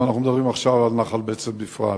ואנחנו מדברים עכשיו על נחל בצת בפרט.